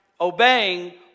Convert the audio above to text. obeying